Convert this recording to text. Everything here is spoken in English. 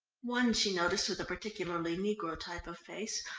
one she noticed with a particularly negro type of face,